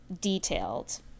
detailed